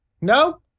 no